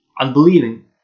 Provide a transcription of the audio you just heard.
unbelieving